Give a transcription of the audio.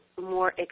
more